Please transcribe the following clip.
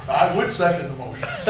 would second the motion.